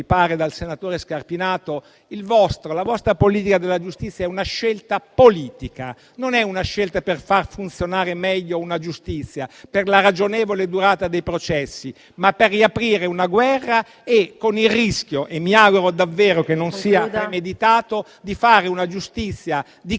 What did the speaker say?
pare, dal senatore Scarpinato - la vostra politica della giustizia è una scelta politica, e non una scelta per far funzionare meglio una giustizia, per la ragionevole durata dei processi, ma per riaprire una guerra, con il rischio - mi auguro davvero che non sia premeditato - di fare una giustizia di